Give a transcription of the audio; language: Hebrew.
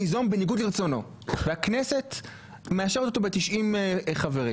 ניזום בניגוד לרצונו והכנסת מאשרת אותו ב-90 חברים.